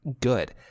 good